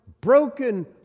broken